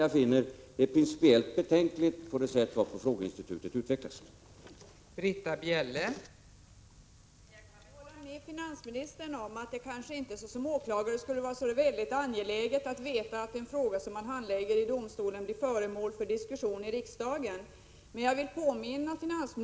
Jag finner det principiellt betänkligt att frågeinstitutet utvecklas på detta sätt.